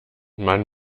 man